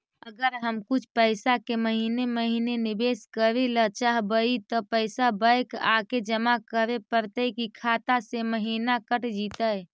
अगर हम कुछ पैसा के महिने महिने निबेस करे ल चाहबइ तब पैसा बैक आके जमा करे पड़तै कि खाता से महिना कट जितै?